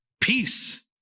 Peace